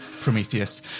Prometheus